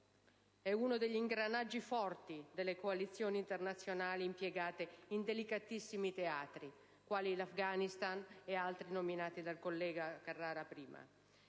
è uno degli ingranaggi forti delle coalizioni internazionali impiegate in delicatissimi teatri, quali l'Afghanistan e gli altri prima nominati dal collega Carrara.